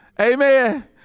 Amen